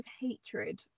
hatred